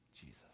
Jesus